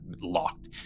locked